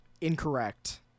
Incorrect